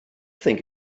think